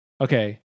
Okay